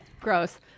Gross